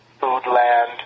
Foodland